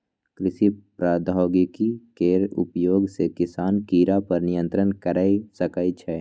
कृषि प्रौद्योगिकी केर उपयोग सं किसान कीड़ा पर नियंत्रण कैर सकै छै